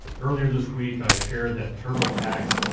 earlier this week i shared that turbotax,